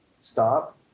stop